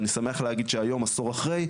ואני שמח להגיד שהיום עשור אחרי,